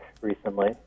recently